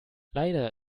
leider